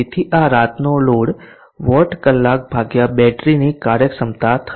તેથી આ રાતનો લોડ વોટ કલાક ભાગ્યા બેટરીની કાર્યક્ષમતા થશે